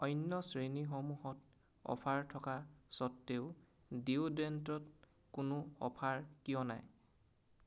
অন্য শ্ৰেণীসমূহত অফাৰ থকা স্বত্তেও ডিঅ'ড্ৰেণ্টত কোনো অফাৰ কিয় নাই